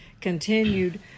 continued